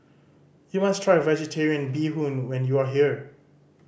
you must try Vegetarian Bee Hoon when you are here